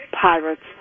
pirates